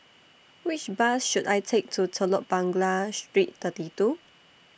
Which Bus should I Take to Telok Blangah Street thirty two